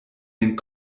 den